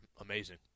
amazing